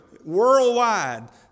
worldwide